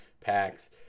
packs